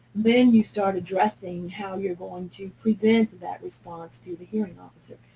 then you start addressing how you're going to present that response to the hearing officer.